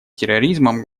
терроризмом